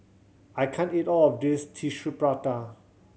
I can't eat all of this Tissue Prata